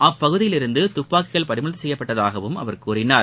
அப்பகுதியில் இருந்து துப்பாக்கிகள் பறிமுதல் செய்யப்பட்டதாகவும் அவர் கூறினார்